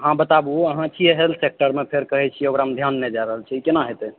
अहाँ बताबू अहाँ छियै हेल्थ सेक्टरमे फेर कहैत छी ओकरामे ध्यान नहि जा रहल छै ई केना हेतै